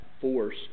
force